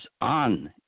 on